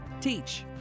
Teach